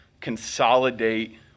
consolidate